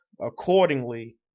accordingly